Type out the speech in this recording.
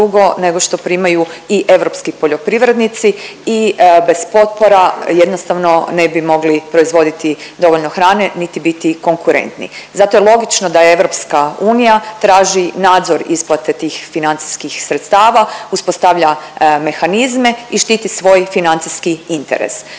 nego što primaju i europski poljoprivrednici i bez potpora jednostavno ne bi mogli proizvoditi dovoljno hrane niti biti konkurentni. Zato je logično da EU traži nadzor isplate tih financijskih sredstava, uspostavlja mehanizme i štiti svoj financijski interes.